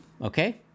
okay